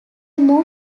more